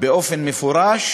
באופן מפורש